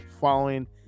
following